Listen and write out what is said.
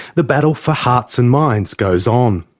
the battle for hearts and minds goes on,